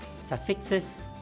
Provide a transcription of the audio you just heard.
suffixes